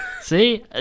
See